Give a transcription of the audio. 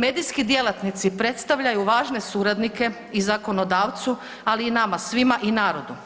Medijski djelatnici predstavljaju važne suradnike i zakonodavcu, ali i nama svima i narodu